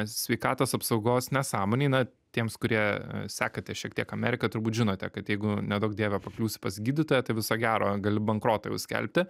sveikatos apsaugos nesąmonei na tiems kurie sekate šiek tiek ameriką turbūt žinote kad jeigu neduok dieve pakliūsi pas gydytoją tai viso gero gali bankrotą jau skelbti